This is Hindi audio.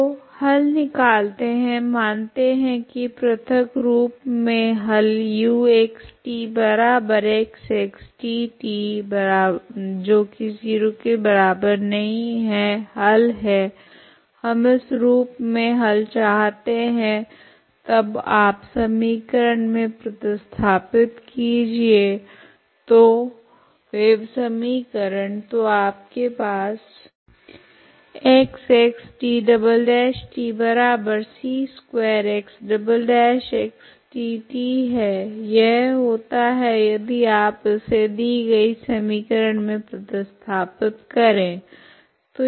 तो हल की तलाश कीजिए मानते है की प्रथ्क्क रूप मे हल uxtXT ≠0 हल है हम इस रूप मे हल चाहते है तब आप समीकरण मे प्रतिस्थापित कीजिए तो वेव समीकरण तो आपके पास XT"c2X"T है यह होता है यदि आप इसे दी गई समीकरण मे प्रतिस्थापित करे